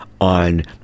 On